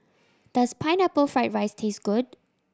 does Pineapple Fried rice taste good